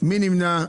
מי נמנע?